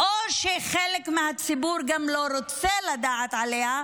או שחלק מהציבור גם לא רוצה לדעת עליה,